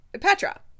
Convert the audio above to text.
Petra